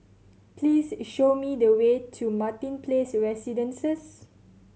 please show me the way to Martin Place Residences